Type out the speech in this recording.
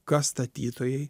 kas statytojai